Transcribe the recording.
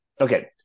okay